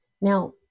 Now